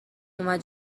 اومد